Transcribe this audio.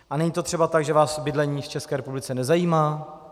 A není to třeba tak, že vás bydlení v České republice nezajímá?